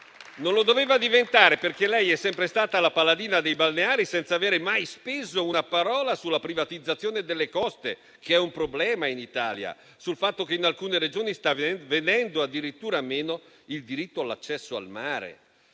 Non lo doveva diventare perché lei è sempre stata la paladina dei balneari, senza avere mai speso una parola sulla privatizzazione delle coste, che è un problema in Italia, e sul fatto che in alcune Regioni sta venendo addirittura meno il diritto all'accesso al mare.